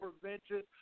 prevention